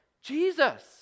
Jesus